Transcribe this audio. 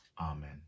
Amen